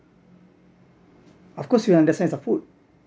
of course you'll understand it's a food